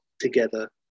together